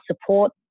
support